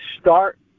start